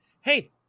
hey